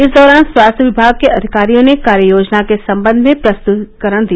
इस दौरान स्वास्थ्य विभाग के अधिकारियों ने कार्ययोजना के सम्बंध में प्रस्त्तीकरण दिया